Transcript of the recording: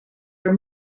are